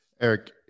Eric